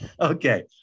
Okay